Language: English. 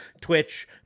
Twitch